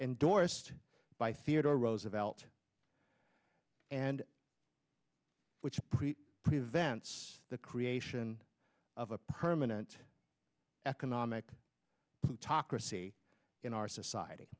endorsed by theodore roosevelt and which prevents the creation of a permanent economic talk recy in our society